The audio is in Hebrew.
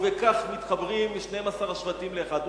ובכך מתחברים 12 השבטים לאחד.